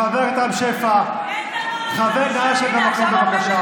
חבר הכנסת שפע, בבקשה.